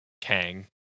Kang